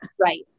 Right